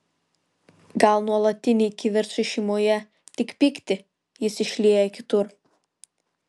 gal nuolatiniai kivirčai šeimoje tik pyktį jis išlieja kitur